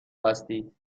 بستید